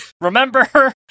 Remember